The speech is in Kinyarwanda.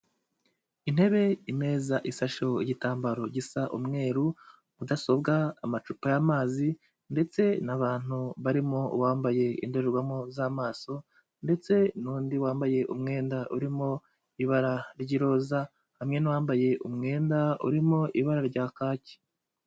Intebe, imeza isasheho igitambaro gisa umweru, mudasobwa, amacupa y'amazi ndetse n'abantu barimo uwambaye indorerwamo z'amaso ndetse n'undi wambaye umwenda urimo ibara ry'iroza, hamwe n'uwambaye umwenda urimo ibara rya kaki.